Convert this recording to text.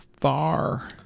far